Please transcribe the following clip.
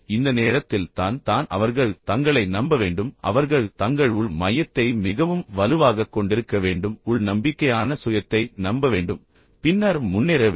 இந்த நேரத்தில் தான் தான் அவர்கள் தங்களை நம்ப வேண்டும் அவர்கள் தங்கள் உள் மையத்தை மிகவும் வலுவாகக் கொண்டிருக்க வேண்டும் உள் நம்பிக்கையான சுயத்தை நம்ப வேண்டும் பின்னர் முன்னேற வேண்டும்